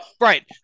right